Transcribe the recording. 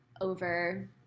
over